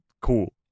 cool